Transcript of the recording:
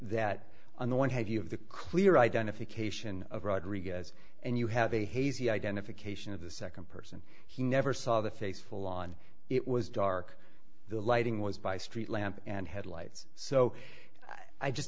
the clear identification of rodriguez and you have a hazy identification of the second person he never saw the face full on it was dark the lighting was by streetlamp and headlights so i just